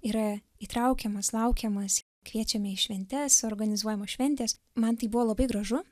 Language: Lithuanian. yra įtraukiamas laukiamas kviečiame į šventes organizuojamos šventės man tai buvo labai gražu